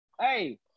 hey